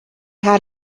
had